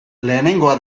lehenengoa